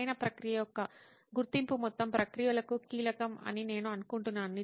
సరైన ప్రక్రియ యొక్క గుర్తింపు మొత్తం ప్రక్రియకు కీలకం అని నేను అనుకుంటున్నాను